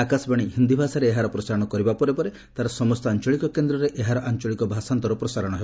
ଆକାଶବାଣୀ ହିନ୍ଦୀ ଭାଷାରେ ଏହାର ପ୍ରସାରଣ କରିବା ପରେ ପରେ ତା'ର ସମସ୍ତ ଆଞ୍ଚଳିକ କେନ୍ଦ୍ରରେ ଏହାର ଆଞ୍ଚଳିକ ଭାଷାନ୍ତର ପ୍ରସାରଣ ହେବ